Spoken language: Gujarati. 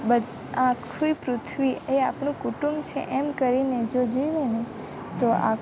આ આખીય પૃથ્વી એ આપણું કુટુંબ છે એમ કરીને જો જીવીએ ને તો